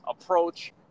approach